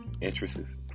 interests